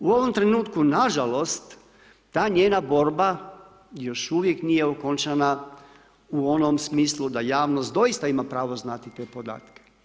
U ovom trenutku nažalost ta njena borba još uvijek nije okončana u onom smislu da javnost doista ima pravo znati te podatke.